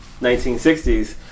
1960s